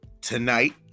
tonight